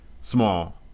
small